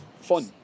fun